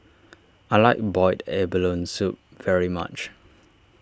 I like Boiled Abalone Soup very much